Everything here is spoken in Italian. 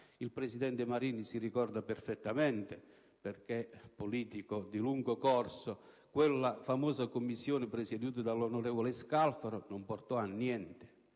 Il presidente Marini si ricorda perfettamente, perché politico di lungo corso, che quella famosa Commissione presieduta dell'onorevole Scalfaro non portò a niente.